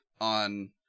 on